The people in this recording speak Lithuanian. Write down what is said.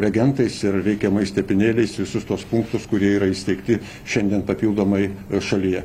reagentais ir reikiamais tepinėliais visus tuos punktus kurie yra įsteigti šiandien papildomai šalyje